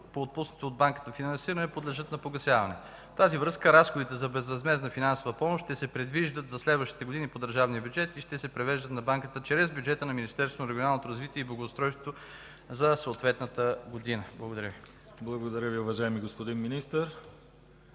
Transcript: по отпуснатите от банката финансиране подлежат на погасяване. В тази връзка разходите за безвъзмездна финансово помощ ще се предвиждат за следващите години по държавния бюджет и ще се превеждат на Банката чрез бюджета на Министерството на регионалното развитие и благоустройството за съответната година. Благодаря Ви. ПРЕДСЕДАТЕЛ ДИМИТЪР ГЛАВЧЕВ: Благодаря Ви, уважаеми господин Министър.